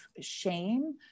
shame